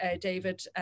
David